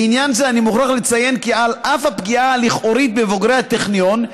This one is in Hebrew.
בעניין זה אני מוכרח לציין כי על אף הפגיעה הלכאורית בבוגרי הטכניון,